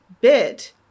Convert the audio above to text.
Bit